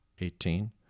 Eighteen